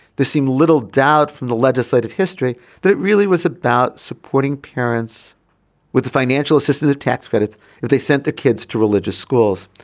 seemed little doubt from the legislative history that really was about supporting parents with the financial assistance of tax credits if they sent the kids to religious schools.